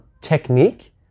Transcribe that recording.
technique